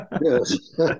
Yes